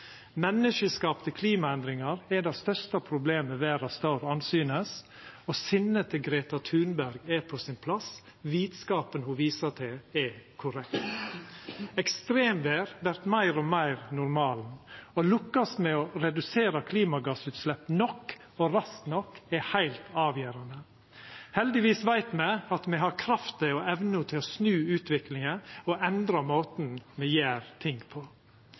Menneskeskapte klimaendringar er det største problemet verda står andsynes, og sinnet til Greta Thunberg er på sin plass. Vitskapen ho viser til, er korrekt. Ekstremvêr vert meir og meir normalen. Å lukkast med å redusera klimagassutsleppa nok – og raskt nok – er heilt avgjerande. Heldigvis veit me at me har krafta og evna til å snu utviklinga og endra måten me gjer ting på.